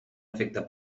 efecte